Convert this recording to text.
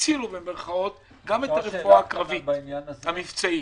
הצילו גם את הרפואה הקרבית המבצעית.